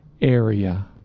area